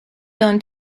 learn